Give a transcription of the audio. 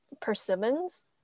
persimmons